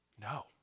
No